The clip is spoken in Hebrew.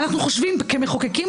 אנחנו חושבים כמחוקקים,